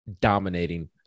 dominating